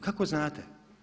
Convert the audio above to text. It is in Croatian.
Kako znate?